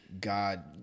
God